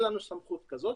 אין לנו סמכות כזאת,